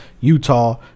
Utah